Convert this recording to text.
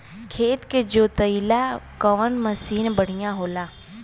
खेत के जोतईला कवन मसीन बढ़ियां होला?